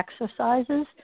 exercises